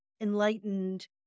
enlightened